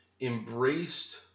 embraced